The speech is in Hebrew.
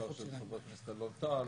בעיקר של חבר הכנסת אלון טל,